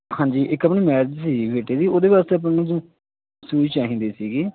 ਹਾਂਜੀ ਇੱਕ ਆਪਣੀ ਮੈਰਜ ਸੀ ਬੇਟੇ ਦੀ ਉਹਦੇ ਵਾਸਤੇ ਆਪਾਂ ਨੂੰ ਸੂਜ਼ ਚਾਹੀਦੇ ਸੀਗੇ